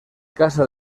casa